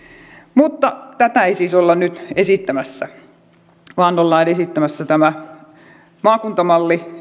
mutta tätä ei siis olla nyt esittämässä vaan ollaan esittämässä maakuntamalli